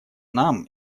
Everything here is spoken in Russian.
нам